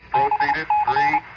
i